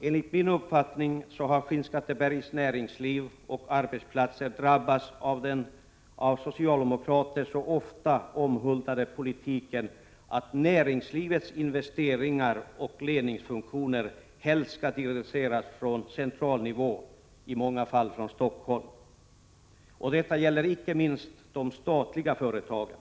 Enligt min uppfattning har Skinnskattebergs näringsliv och ortens arbetsplatser drabbats av den av socialdemokrater så ofta omhuldade politiken att näringslivets investeringar och ledningsfunktioner helst skall dirigeras från central nivå, i många fall från Stockholm. Det gäller icke minst de statliga företagen.